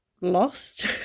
lost